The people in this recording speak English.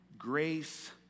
grace